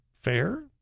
fair